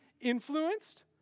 influenced